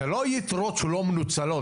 אלו לא יתרות שלא מנוצלות,